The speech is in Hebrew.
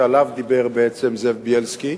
שעליו דיבר בעצם זאב בילסקי,